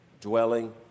dwelling